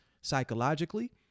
psychologically